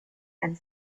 and